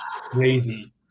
crazy